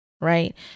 right